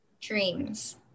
dreams